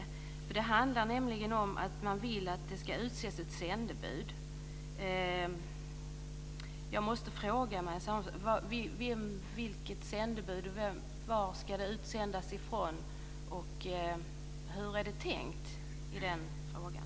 Den handlar nämligen om att man vill att det ska utses ett sändebud. Jag måste fråga Marianne Samuelsson: Vilket sändebud handlar det om, varifrån ska detta sändebud sändas, och hur är det tänkt när det gäller den frågan?